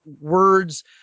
words